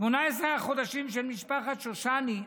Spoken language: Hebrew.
18 החודשים של משפחת שושני,